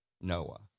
Noah